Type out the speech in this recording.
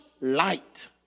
light